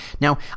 Now